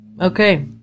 Okay